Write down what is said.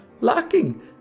Lacking